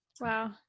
wow